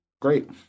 Great